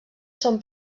són